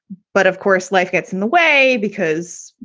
but of course, life gets in the way because,